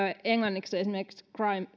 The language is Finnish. englanniksi crime